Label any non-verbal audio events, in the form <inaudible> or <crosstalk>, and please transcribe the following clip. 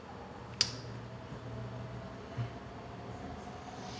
<noise>